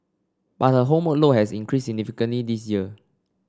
but home load has increased significantly this year